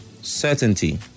Certainty